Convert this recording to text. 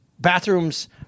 Bathrooms